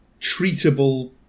treatable